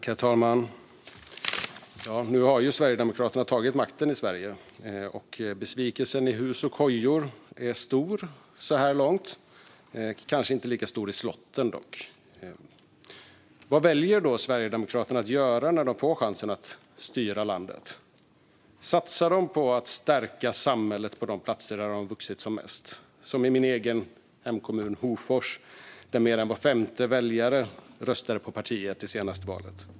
Herr talman! Ja, nu har ju Sverigedemokraterna tagit makten i Sverige, och så här långt är besvikelsen stor i hus och kojor - men kanske inte lika mycket i slotten. Vad väljer Sverigedemokraterna att göra när de får chansen att styra landet? Satsar man på att stärka samhället på de platser där partiet har vuxit som mest, som i min egen hemkommun Hofors där mer än var femte väljare röstade på partiet i det senaste valet?